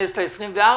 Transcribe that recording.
הכנסת ה-24,